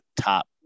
top